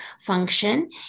function